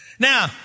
Now